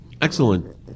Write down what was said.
Excellent